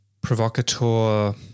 provocateur